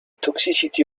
toxicity